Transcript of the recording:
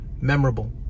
memorable